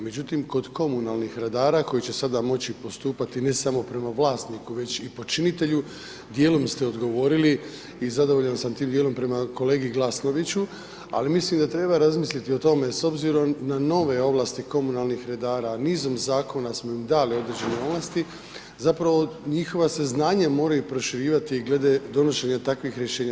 Međutim kod komunalnih redara koji će sada moći postupati ne samo prema vlasniku već i počinitelju dijelom ste odgovorili i zadovoljan sam tim dijelom prema kolegi Glasnoviću ali mislim da treba razmisliti o tome s obzirom na nove ovlasti komunalnih redara, nizom zakona smo im dali određene ovlasti, zapravo njihova se znanja moraju proširivati glede donošenja takvih rješenja.